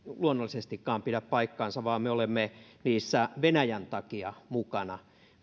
luonnollisestikaan pidä paikkaansa vaan me olemme niissä venäjän takia mukana